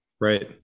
Right